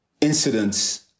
incidents